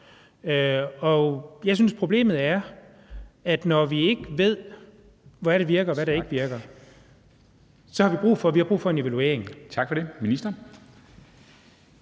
Jeg synes, problemet er, at når vi ikke ved, hvad der virker, og hvad der ikke virker, har vi brug for en evaluering. Kl. 14:07 Formanden